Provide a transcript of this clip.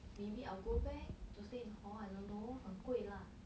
maybe I'll go back to stay in hall I don't know 很贵 lah